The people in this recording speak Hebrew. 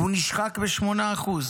והוא נשחק ב-8%.